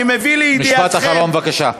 משפט אחרון, בבקשה.